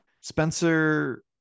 Spencer